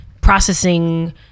processing